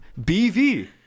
BV